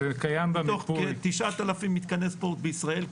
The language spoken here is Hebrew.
מתוך כ-9,000 מתקני ספורט בישראל,